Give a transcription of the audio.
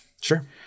Sure